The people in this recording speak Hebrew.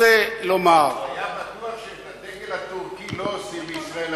הוא היה בטוח שאת הדגל הטורקי לא עושים בישראל,